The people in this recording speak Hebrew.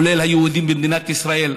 כולל היהודים במדינת ישראל.